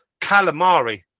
calamari